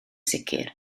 sicr